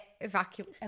Evacuate